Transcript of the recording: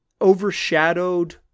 overshadowed